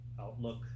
outlook